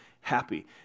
happy